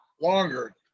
longer